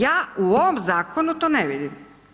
Ja u ovom zakonu to ne vidim.